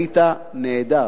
היית נהדר,